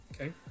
Okay